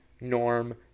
Norm